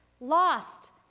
lost